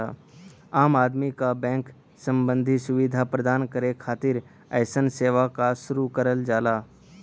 आम आदमी क बैंक सम्बन्धी सुविधा प्रदान करे खातिर अइसन सेवा क शुरू करल जाला